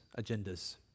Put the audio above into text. agendas